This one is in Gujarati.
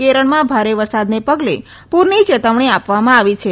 કેરળમાં ભારે વરસાદના પગલે પુરની ચેતવણી આપવામાં આવી છે